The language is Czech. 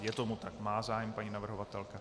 Je tomu tak, má zájem paní navrhovatelka.